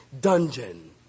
dungeon